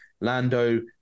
Lando